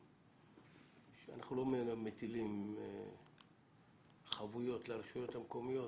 אנחנו לא מטילים חבויות על הרשויות המקומיות